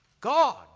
God